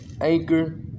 Anchor